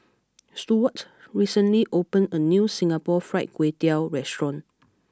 Stewart recently opened a new Singapore Fried Kway Tiao restaurant